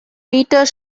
peter